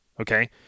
Okay